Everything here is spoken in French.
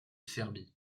serbie